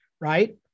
right